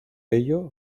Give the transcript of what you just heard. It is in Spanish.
ello